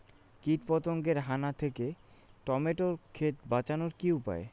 কীটপতঙ্গের হানা থেকে টমেটো ক্ষেত বাঁচানোর উপায় কি?